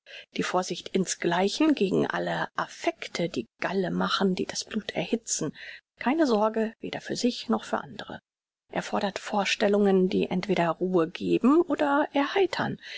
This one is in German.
die vorsicht insgleichen gegen alle affekte die galle machen die das blut erhitzen keine sorge weder für sich noch für andre er fordert vorstellungen die entweder ruhe geben oder erheitern